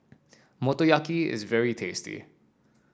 Motoyaki is very tasty